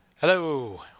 Hello